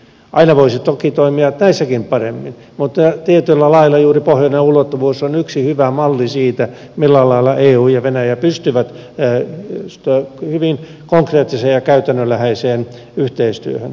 aina voisi toki toimia näissäkin paremmin mutta tietyllä lailla juuri pohjoinen ulottuvuus on yksi hyvä malli siitä millä lailla eu ja venäjä pystyvät hyvin konkreettiseen ja käytännönläheiseen yhteistyöhön